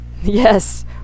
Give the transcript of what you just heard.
yes